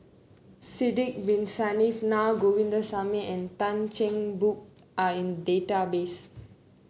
Sidek Bin Saniff Na Govindasamy and Tan Cheng Bock are in database